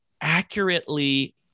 accurately